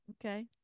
okay